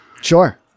sure